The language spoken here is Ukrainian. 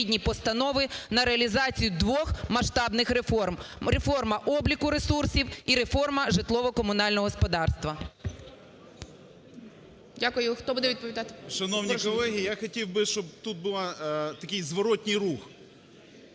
Дякую. Хто буде відповідати?